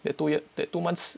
that two year that two months